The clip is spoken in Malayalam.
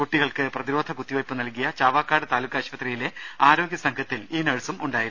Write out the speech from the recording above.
കുട്ടികൾക്ക് പ്രതിരോധ കുത്തിവെപ്പ് നൽകിയ ചാവക്കാട് താലൂക്ക് ആശുപത്രിയിലെ ആരോഗ്യ സംഘത്തിൽ ഈ നഴ്സും ഉണ്ടായിരുന്നു